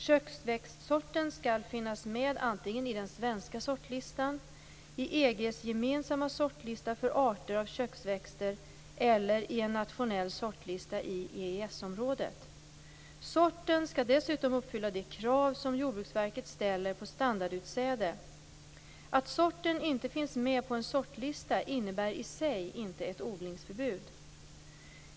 Köksväxtssorten skall finnas med antingen i den svenska sortlistan, i EG:s gemensamma sortlista för arter av köksväxter eller i en nationell sortlista i EES-området. Sorten skall dessutom uppfylla de krav som Jordbruksverket ställer på standardutsäde. Att sorten inte finns med på en sortlista innebär i sig inte ett odlingsförbud.